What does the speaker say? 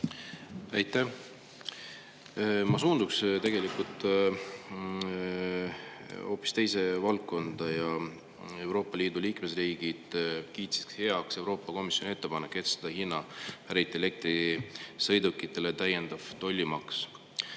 Aitäh! Ma suunduks tegelikult hoopis teise valdkonda. Euroopa Liidu liikmesriigid kiitsid heaks Euroopa Komisjoni ettepaneku kehtestada Hiinast pärit elektrisõidukitele täiendav tollimaks.